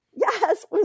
Yes